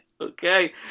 Okay